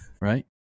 right